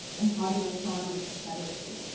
and haudenosaunee confederacy.